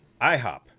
IHOP